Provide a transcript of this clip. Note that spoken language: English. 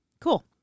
Cool